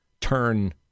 turn